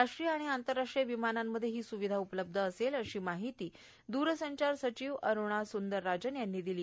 राष्ट्रीय आणि आंतरराष्ट्रीय विमानांमध्ये ही सुविधा उपलब्ध असेल अशी माहिती दूरसंचार सचिव अरूणा सुंदरराजन यांनी दिली